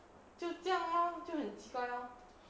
就这样 lor 很奇怪 lor